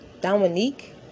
Dominique